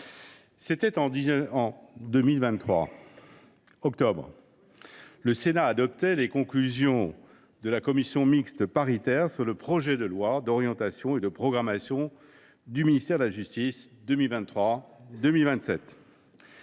c’était en octobre 2023 : le Sénat adoptait les conclusions de la commission mixte paritaire sur le projet de loi d’orientation et de programmation du ministère de la justice 2023 2027.